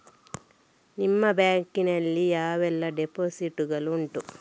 ನಿಮ್ಮ ಬ್ಯಾಂಕ್ ನಲ್ಲಿ ಯಾವೆಲ್ಲ ಡೆಪೋಸಿಟ್ ಗಳು ಉಂಟು?